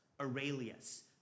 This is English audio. Aurelius